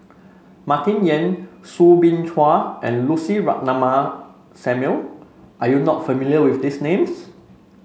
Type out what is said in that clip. Martin Yan Soo Bin Chua and Lucy Ratnammah Samuel are you not familiar with these names